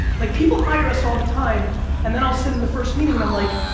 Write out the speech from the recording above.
like people hire us all the time and then i'll sit in the first meeting and i'm like,